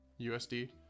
usd